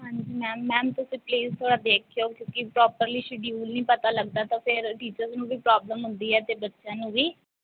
ਹਾਂਜੀ ma'am ma'am ਤੁਸੀਂ please ਥੋੜ੍ਹਾ ਦੇਖਿਓ ਕਿਉਂਕਿ ਪ੍ਰੋਪਰਲੀ ਸ਼ੀਡਿਊਲ ਨਹੀਂ ਪਤਾ ਲੱਗਦਾ ਤਾਂ ਫੇਰ ਟੀਚਰਸ ਨੂੰ ਵੀ ਪ੍ਰੋਬਲਮ ਹੁੰਦੀ ਹੈ ਅਤੇ ਬੱਚਿਆਂ ਨੂੰ ਵੀ